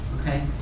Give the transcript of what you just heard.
okay